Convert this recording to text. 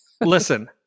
Listen